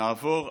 נעבור?